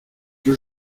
que